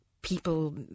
people